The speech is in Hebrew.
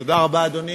תודה רבה, אדוני.